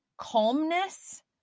calmness